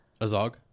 azog